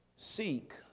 Seek